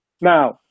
now